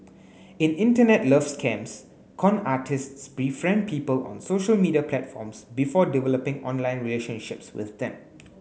in Internet love scams con artists befriend people on social media platforms before developing online relationships with them